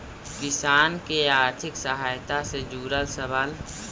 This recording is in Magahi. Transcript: किसान के आर्थिक सहायता से जुड़ल सवाल?